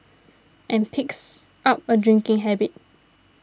and picks up a drinking habit